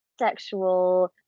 sexual